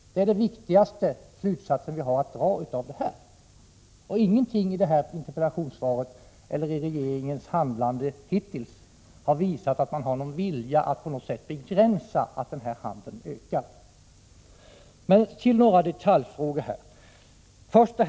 Det är den viktigaste slutsatsen vi kan dra av interpellationssvaret. Ingenting i detta svar eller i regeringens handlande hittills har visat att man har någon vilja att på något sätt begränsa ökningen av denna handel. Så till några detaljfrågor.